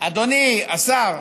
אדוני השר,